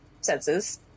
senses